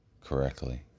correctly